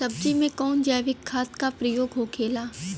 सब्जी में कवन जैविक खाद का प्रयोग होखेला?